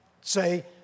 say